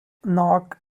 knock